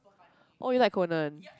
oh you like Conan